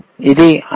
ఇది 5